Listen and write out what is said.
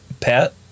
Pat